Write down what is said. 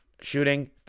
shooting